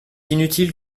inutile